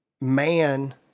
man